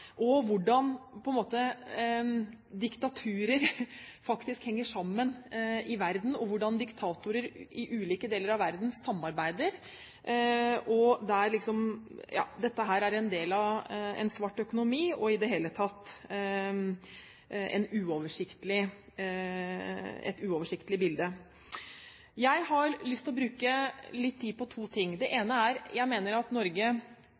Og det viser hvordan diktaturer faktisk henger sammen i verden, og hvordan diktatorer i ulike deler av verden samarbeider, der dette er en del av en svart økonomi – i det hele tatt et uoversiktlig bilde. Jeg har lyst til å bruke litt tid på to ting. Det ene er at jeg mener Norge